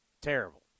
terrible